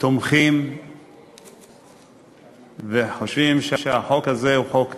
תומכים וחושבים שהחוק הזה הוא חוק טוב,